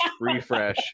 refresh